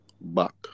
back